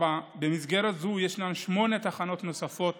במסגרת זו יש שמונה תחנות נוספות